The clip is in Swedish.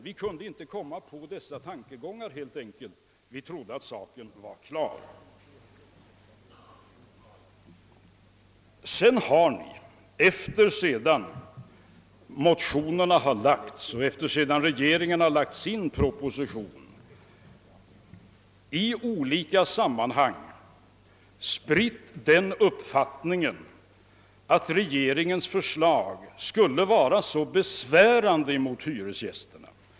Vi kunde helt enkelt inte komma på dessa tankar, ty vi trodde att saken var klar. Sedan har ni, efter det att motionerna har väckts och efter det att regeringen framlagt sin proposition, i olika sammanhang spritt den uppfattningen att regeringens förslag skulle vara till nackdel för hyresgästerna.